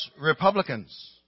Republicans